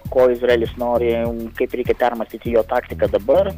ko izraelis nori kaip reikia permąstyti jo taktiką dabar